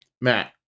Matt